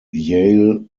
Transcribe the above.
yale